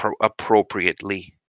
appropriately